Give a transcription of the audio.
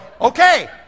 okay